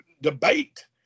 debate